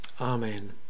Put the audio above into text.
Amen